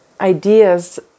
ideas